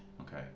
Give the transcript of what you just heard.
Okay